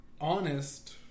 honest